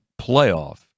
playoff